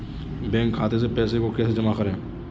Bank खाते से पैसे को कैसे जमा करें?